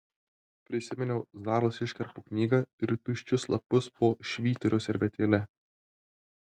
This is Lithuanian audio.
prisiminiau zaros iškarpų knygą ir tuščius lapus po švyturio servetėle